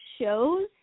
shows